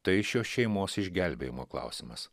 tai šios šeimos išgelbėjimo klausimas